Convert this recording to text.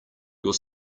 your